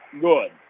good